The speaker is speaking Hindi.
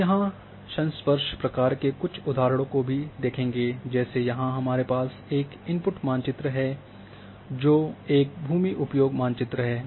हम यहां संस्पर्श प्रक्रिया के कुछ उदाहरणों को भी देखेंगे जैसे यहां हमारे पास एक इनपुट मानचित्र है जो एक भूमि उपयोग मानचित्र है